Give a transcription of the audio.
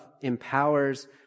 empowers